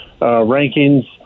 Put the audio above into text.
rankings